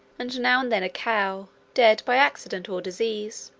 and now and then a cow, dead by accident or disease.